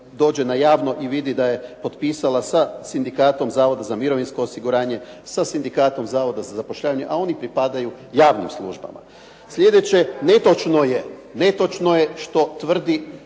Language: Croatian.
dođe na javno i vidi da je potpisala sa Sindikatom Zavoda za mirovinsko osiguranje, sa Sindikatom Zavoda za zapošljavanje, a oni pripadaju javnim službama. Sljedeće netočno je, netočno je što tvrdi